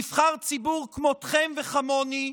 נבחר ציבור כמותכם וכמוני,